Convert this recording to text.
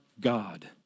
God